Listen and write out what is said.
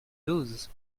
douze